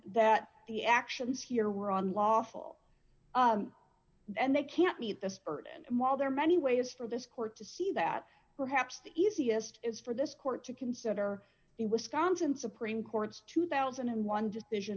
that the actions here were on lawful and they can't meet this burden and while there are many ways for this court to see that perhaps the easiest is for this court to consider it was constant supreme court's two thousand and one decision